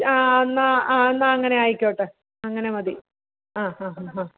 ആ എന്നാൽ ആ എന്നാൽ അങ്ങനെ ആയിക്കോട്ടെ അങ്ങനെ മതി അ ഹ ഹ ഹ